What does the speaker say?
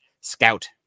Scout